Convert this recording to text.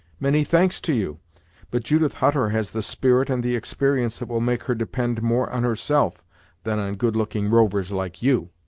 many thanks to you but judith hutter has the spirit and the experience that will make her depend more on herself than on good-looking rovers like you.